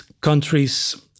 countries